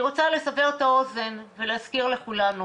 אני רוצה לסבר את האוזן ולהזכיר לכולנו